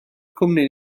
cwmni